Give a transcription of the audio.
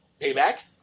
Payback